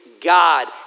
God